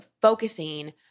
focusing